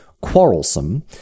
quarrelsome